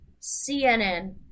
CNN